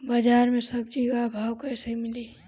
बाजार मे सब्जी क भाव कैसे मिली?